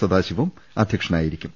സദാശിവം അധ്യക്ഷനായിരിക്കും